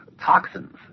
toxins